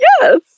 Yes